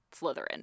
Slytherin